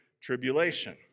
Tribulation